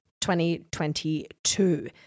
2022